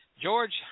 George